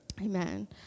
Amen